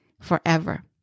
forever